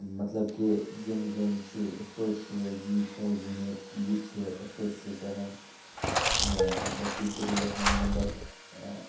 مطلب کہِ یِم گیمہٕ چھِ یِتھٕ پٲٹھۍ چھِ ییٖتۍ پۅنٛسہٕ زیٖنِو ییٖتۍ چھِ یِتھٕ پٲٹھۍ چھُ کَران مطلب تُہۍ کٔرِو یَتھ منٛز نمبر